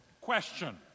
Question